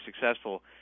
successful